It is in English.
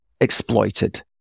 exploited